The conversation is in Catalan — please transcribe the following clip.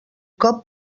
cop